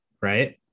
right